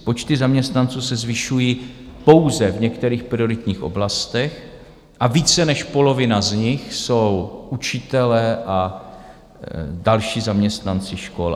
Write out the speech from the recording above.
Počty zaměstnanců se zvyšují pouze v některých prioritních oblastech a více než polovina z nich jsou učitelé a další zaměstnanci škol.